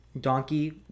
Donkey